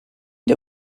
der